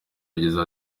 yagize